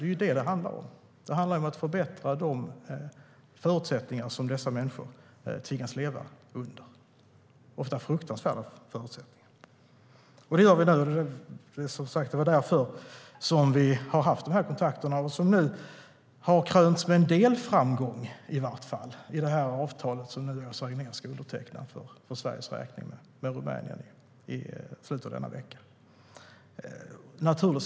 Vad det handlar om är att förbättra de förhållanden som dessa människor tvingas leva under, ofta fruktansvärda förhållanden. Det är därför som vi har haft de här kontakterna som nu i vart fall har krönts med en delframgång i och med det avtal som Åsa Regnér för Sveriges räkning ska underteckna med Rumänien i slutet av denna vecka.